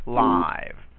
live